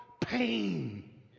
pain